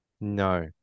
no